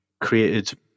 created